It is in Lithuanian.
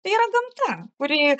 tai yra gamta kuri